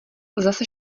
zase